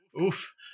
Oof